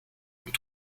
und